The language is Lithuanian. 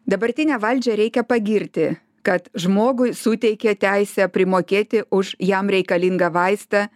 dabartinę valdžią reikia pagirti kad žmogui suteikia teisę primokėti už jam reikalingą vaistą